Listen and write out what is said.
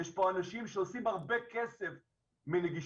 יש פה אנשים שעושים הרבה כסף מנגישות.